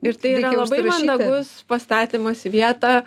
ir tai yra labai mandagus pastatymas į vietą